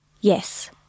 Yes